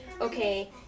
okay